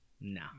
No